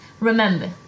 Remember